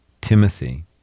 Timothy